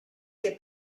que